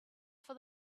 for